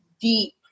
deep